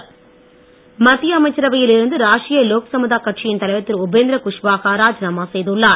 ராஜினாமா மத்திய அமைச்சரவையில் இருந்து ராஷ்டிரிய லோக்சமதா கட்சியின் தலைவர் திரு உபேந்திர குஷ்வாகா ராஜினாமா செய்துள்ளார்